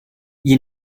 you